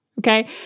Okay